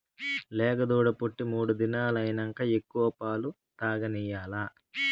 లేగదూడ పుట్టి మూడు దినాలైనంక ఎక్కువ పాలు తాగనియాల్ల